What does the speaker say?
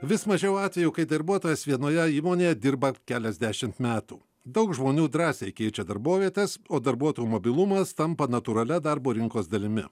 vis mažiau atvejų kai darbuotojas vienoje įmonėje dirba keliasdešimt metų daug žmonių drąsiai keičia darbovietes o darbuotojų mobilumas tampa natūralia darbo rinkos dalimi